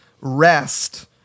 rest